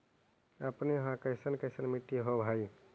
अपने यहाँ कैसन कैसन मिट्टी होब है?